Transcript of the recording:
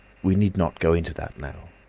we need not go into that now.